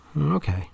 Okay